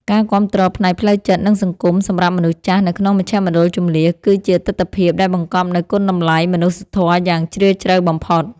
ការគាំទ្រផ្នែកផ្លូវចិត្ត និងសង្គមសម្រាប់មនុស្សចាស់នៅក្នុងមជ្ឈមណ្ឌលជម្លៀស គឺជាទិដ្ឋភាពដែលបង្កប់នូវគុណតម្លៃមនុស្សធម៌យ៉ាងជ្រាលជ្រៅបំផុត។